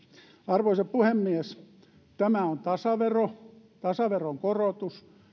arvoisa puhemies tämä on tasavero tasaveronkorotus